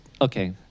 Okay